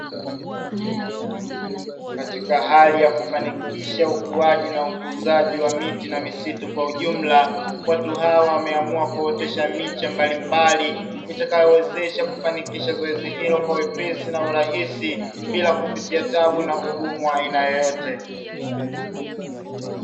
Katika hali ya kufanikisha ukuaji na ukuzaji wa miti na misitu kwa ujumla, watu hawa wameamua kuotesha miche mbalimbali itakayowezesha kufanikisha zoezi hili kwa wepesi na urahisi bila kupitia tabu na ugumu wa aina yoyote.